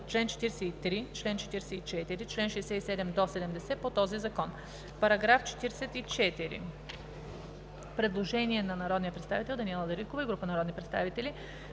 чл. 43, чл. 44, чл. 64 – 70 от този закон.“ По § 44 има предложение на народния представител Даниела Дариткова и група народни представители: